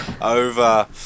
over